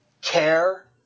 care